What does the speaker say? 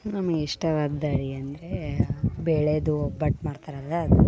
ನಮಗೆ ಇಷ್ಟವಾದ ಅಡಿಗೆ ಅಂದರೆ ಬೇಳೇದು ಒಬ್ಬಟ್ಟು ಮಾಡ್ತಾರಲ್ಲ ಅದು